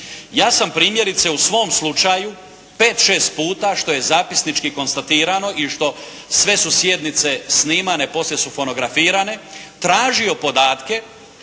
Ja sam primjerice u svom slučaju pet, šest puta što je zapisnički konstatirano i što sve su sjednice snimane, poslije su fonografirane tražio podatke